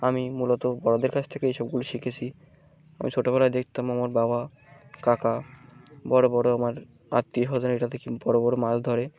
আমি মূলত বড়দের কাছ থেকে এই সবগুলো শিখেছি আমি ছোটোবেলায় দেখতাম আমার বাবা কাকা বড়ো বড়ো আমার আত্মীয় নের এটা দেখ বড়ো বড়ো মাছ ধরে